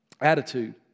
attitude